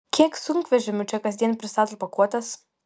kiek sunkvežimių čia kasdien pristato pakuotes